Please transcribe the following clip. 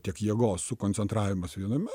tiek jėgos sukoncentravimas viename